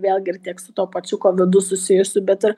vėlgi ir tiek su tuo pačiu kovidu susijusiu bet ir